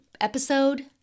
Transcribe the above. episode